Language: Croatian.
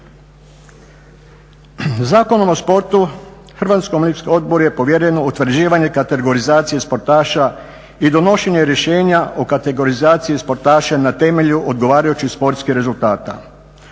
Zakonom o sportu Hrvatskom olimpijskom odboru je povjereno utvrđivanje kategorizacije sportaša i donošenje rješenja o kategorizaciji sportaša na temelju odgovarajućih sportskih rezultata.